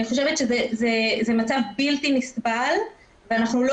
אני חושבת שזה מצב בלתי נסבל ואנחנו לא